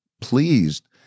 pleased